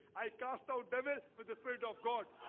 i cast out devil with the spirit of god